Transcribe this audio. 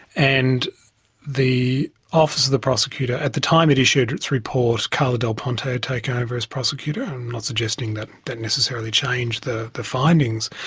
and the office of the prosecutor at the time it issued its report, carla del ponte, had taken over as prosecutor and i'm not suggesting that that necessarily changed the the findings,